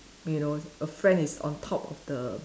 you know a friend is on top of the